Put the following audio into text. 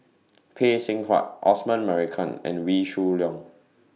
Phay Seng Whatt Osman Merican and Wee Shoo Leong